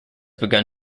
begun